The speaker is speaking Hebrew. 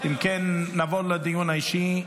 אם כן, נעבור לדיון האישי.